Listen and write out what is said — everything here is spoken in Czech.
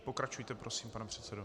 Pokračujte prosím, pane předsedo.